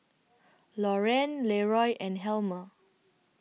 Lauren Leroy and Helmer